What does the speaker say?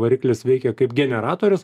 variklis veikė kaip generatorius